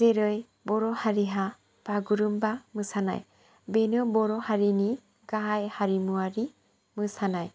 जेरै बर' हारिहा बागुरुमबा मोसानाय बेनो बर' हारिनि गाहाय हारिमुवारि मोसानाय